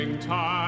time